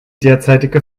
derzeitige